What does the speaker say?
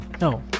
No